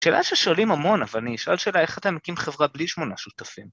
‫שאלה ששואלים המון, אבל אני אשאל ‫שאלה איך אתה מקים חברה בלי שמונה שותפים.